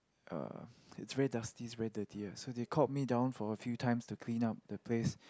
uh it's very dusty it's very dirty lah so they called me down for a few times to clean up the place